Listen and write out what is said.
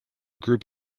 group